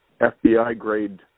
FBI-grade